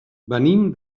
venim